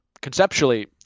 conceptually